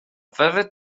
fyddet